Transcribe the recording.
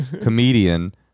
comedian